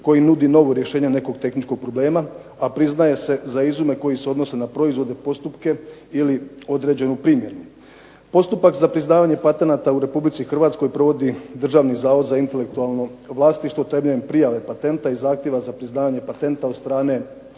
koji nudi novo rješenje nekog tehničkog problema, a priznaje se za izume koji se odnose na proizvodne postupke ili određenu primjenu. Postupak za priznavanje patenata u Republici Hrvatskoj provodi Državni zavod za intelektualno vlasništvo temeljem prijave patenta iz zahtjeva za priznavanje patenta od strane